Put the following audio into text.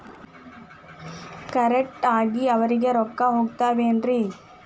Correct ಆಗಿ ಅವರಿಗೆ ರೊಕ್ಕ ಹೋಗ್ತಾವೇನ್ರಿ?